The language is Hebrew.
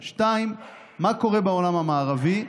2. מה קורה בעולם המערבי?